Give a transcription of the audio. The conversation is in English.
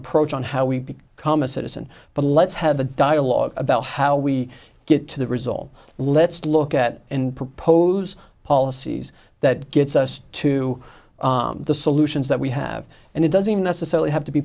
approach on how we come a citizen but let's have a dialogue about how we get to the result let's look at and propose policies that gets us to the solutions that we have and it doesn't necessarily have to be